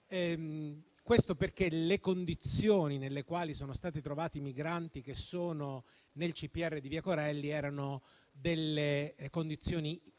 Questo perché le condizioni nelle quali sono stati trovati i migranti che sono nel CPR di via Corelli erano veramente